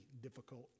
difficult